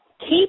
Keep